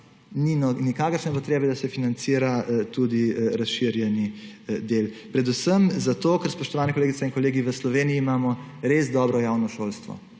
ni nikakršne potrebe, da se financira tudi razširjeni del, predvsem zato, ker, spoštovani kolegice in kolegi, imamo v Sloveniji res dobro javno šolstvo,